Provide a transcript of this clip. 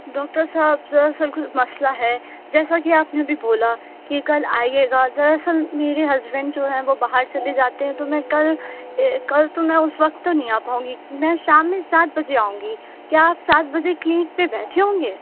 doctor صاحب دراصل کچھ مسئلہ ہے جیسا کہ آپ نے ابھی بولا کہ کل آئیے گا دراصل میرے ہسبینڈ جو ہیں وہ باہر چلے جاتے ہیں تو میں کل کل تو میں اس وقت نہيں آ پاؤں گى ميں شام ميں سات بجے آؤں گى كيا آپ سات بجے کلینک پہ بیٹھے ہوں گے